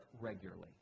regularly